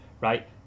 right